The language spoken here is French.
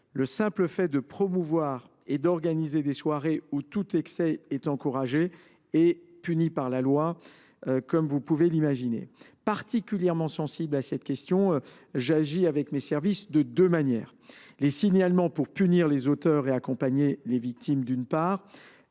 Le simple fait de promouvoir et d’organiser des soirées où tout excès est encouragé est puni par la loi. Particulièrement sensible à cette question, j’agis avec mes services de deux manières : les signalements pour punir les auteurs et accompagner les victimes, d’une part,